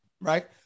right